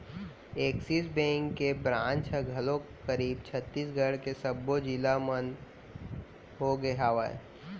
Axis bank के branch ह घलोक करीब छत्तीसगढ़ के सब्बो जिला मन होगे हवय